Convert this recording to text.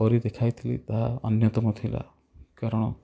କରି ଦେଖାଇଥିଲି ତାହା ଅନ୍ୟତମ ଥିଲା କାରଣ